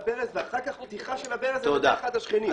ברז ואחר כך פתיחה של הברז על ידי אחד השכנים.